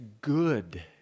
good